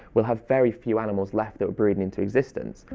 we'll have very few animals left that were breed and into existence.